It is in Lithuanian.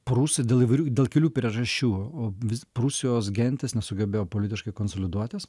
prūsai dėl įvairių dėl kelių priežasčių o vis prūsijos gentys nesugebėjo politiškai konsoliduotis